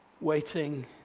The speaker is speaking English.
Waiting